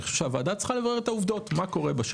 אני חושב הוועדה צריכה לברר את העובדות מה קורה בשטח.